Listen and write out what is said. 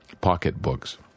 pocketbooks